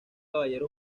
caballero